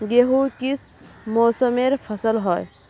गेहूँ किस मौसमेर फसल होय?